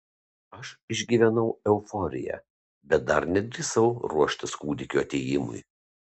aš išgyvenau euforiją bet dar nedrįsau ruoštis kūdikio atėjimui